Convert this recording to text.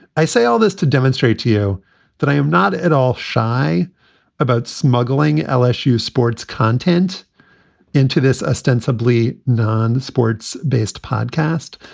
i say all this to demonstrate to you that i am not at all shy about smuggling lsu sports content into this ostensibly non sports based podcast.